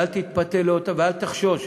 אל תתפתה ואל תחשוש,